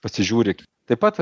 pasižiūrit taip pat